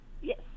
Yes